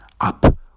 up